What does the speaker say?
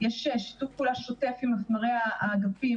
יש שיתוף פעולה שוטף עם מפמ"רי האגפים,